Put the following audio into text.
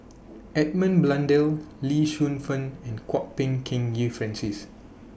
Edmund Blundell Lee Shu Fen and Kwok Peng Kin Francis